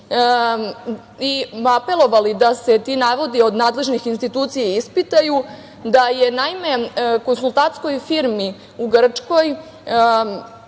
i apelovali da se ti navodi od nadležnih institucija ispitaju, da je konsultantskoj firmi u Grčkoj